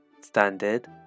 standard